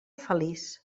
feliç